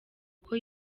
uko